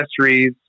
Accessories